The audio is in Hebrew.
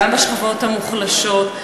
גם של מעמד הביניים וגם של השכבות המוחלשות.